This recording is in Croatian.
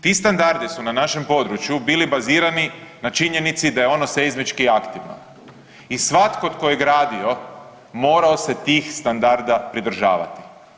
Ti standardi su na našem području bili bazirani na činjenici da je ono seizmički aktivno i svatko tko je gradio morao se tih standarda pridržavati.